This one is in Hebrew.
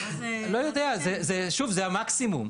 לא יודע, שוב, זה המקסימום.